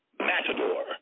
Matador